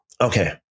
Okay